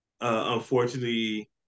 unfortunately